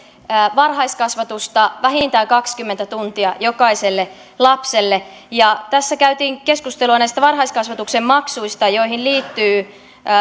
varhaiskasvatusta vähintään kaksikymmentä tuntia jokaiselle lapselle tässä käytiin keskustelua näistä varhaiskasvatuksen maksuista joihin liittyy